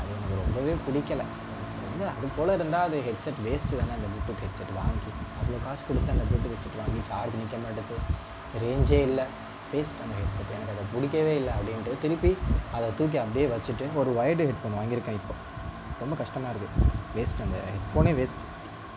அது எனக்கு ரொம்பவே பிடிக்கல அது போல இருந்தால் அது ஹெட் செட் வேஸ்ட்டுதானே அந்த ப்ளூ டூத் ஹெட் செட் வாங்கி அவ்வளோ காசு கொடுத்து அந்த ப்ளூ ஹெட் செட் வாங்கி சார்ஜ் நிற்க மாட்டுது ரேஞ்சே இல்லை வேஸ்ட் அந்த ஹெட் செட் எனக்கு அது பிடிக்கவே இல்லை அப்படின்றது திருப்பி அதை தூக்கி அப்படே வச்சுட்டு ஒரு வொய்ர்டு ஹெட் ஃபோனு வாங்கியிருக்கன் இப்போ ரொம்ப கஸ்ட்டமாக இருக்கு வேஸ்ட் அந்த ஹெட் ஃபோனே வேஸ்ட்டு